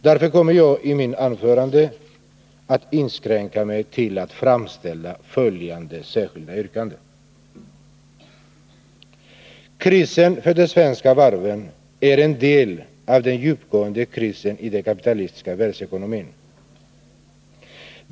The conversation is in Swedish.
Därför kommer jag i mitt anförande att inskränka mig till att framställa följande särskilda yrkande: Krisen för de svenska varven är en del av den djupgående krisen i den kapitalistiska världsekonomin.